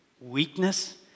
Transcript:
weakness